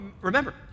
Remember